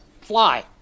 fly